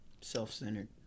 self-centered